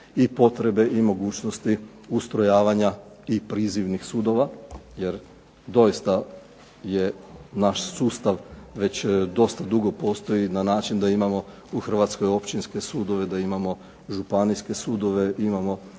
i potrebe i mogućnosti ustrojavanja i prizivnih sudova jer doista je naš sustav već dosta dugo postoji na način da imamo u Hrvatskoj općinske sudove, da imamo županijske sudove, imamo